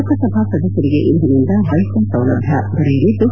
ಲೋಕಸಭಾ ಸದಸ್ಕರಿಗೆ ಇಂದಿನಿಂದ Y pi ಸೌಲಭ್ಯ ದೊರೆಯಲಿದ್ದು